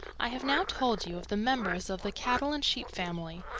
i have now told you of the members of the cattle and sheep family,